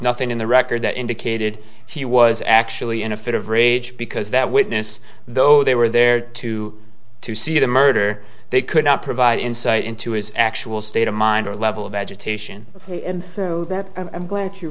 nothing in the record that indicated he was actually in a fit of rage because that witness though they were there to to see the murder they could not provide insight into his actual state of mind or level of agitation free and thorough that i'm glad you